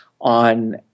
on